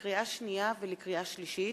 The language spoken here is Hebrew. לקריאה שנייה ולקריאה שלישית: